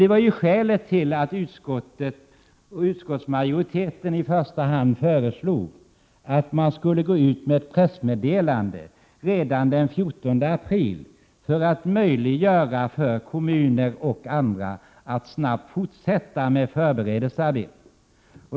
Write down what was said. Det var skälet till att utskottsmajoriteten föreslog att man skulle gå ut med ett pressmeddelande redan den 14 april för att möjliggöra för kommuner och andra att snabbt fortsätta med föreberedelserna.